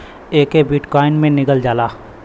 एके बिट्काइन मे गिनल जाला